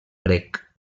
grec